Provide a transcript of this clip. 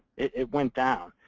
it went down.